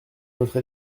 votre